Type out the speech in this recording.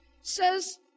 says